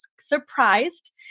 surprised